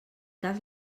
cas